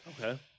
Okay